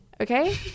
Okay